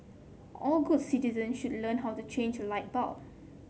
all good citizen should learn how to change a light bulb